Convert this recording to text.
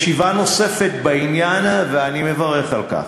ישיבה נוספת בעניין, ואני מברך על כך.